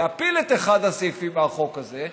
להפיל את אחד הסעיפים מהחוק הזה,